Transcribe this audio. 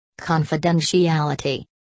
Confidentiality